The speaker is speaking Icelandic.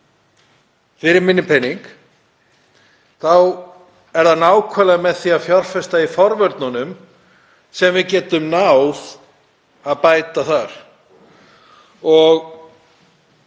fyrir minni pening er það nákvæmlega með því að fjárfesta í forvörnunum sem við getum náð að bæta í.